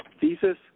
thesis